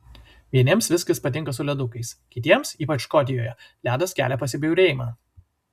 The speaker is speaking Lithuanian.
vieniems viskis patinka su ledukais kitiems ypač škotijoje ledas kelia pasibjaurėjimą